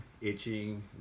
itching